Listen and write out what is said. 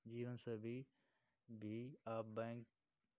जीवन से भी भी अब बैंक